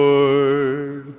Lord